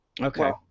Okay